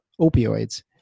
opioids